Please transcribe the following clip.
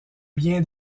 bien